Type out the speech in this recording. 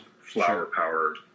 flower-powered